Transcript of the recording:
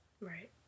Right